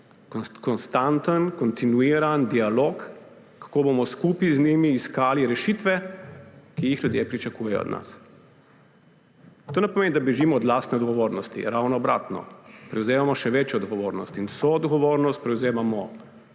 konstanten, kontinuiran dialog, kako bomo skupaj z njimi iskali rešitve, ki jih ljudje pričakujejo od nas. To ne pomeni, da bežim od lastne odgovornosti. Ravno obratno, prevzemamo še več odgovornosti. In vso odgovornost prevzemamo